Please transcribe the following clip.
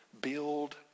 build